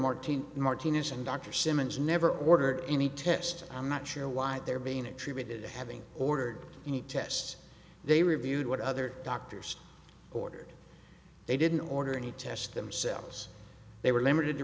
martine martinez and dr simmons never ordered any test i'm not sure why they're being attributed to having ordered any tests they reviewed what other doctors ordered they didn't order any tests themselves they were limited to